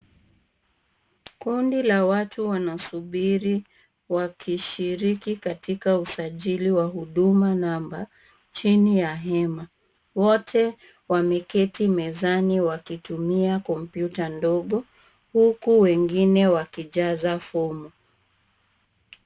Kundi la watu wanasubiri wakishiriki katika usajili wa huduma namba chini ya hema. Wote wameketi mezani wakitumia kompyuta ndogo huku wengine wakijaza form .